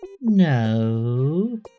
No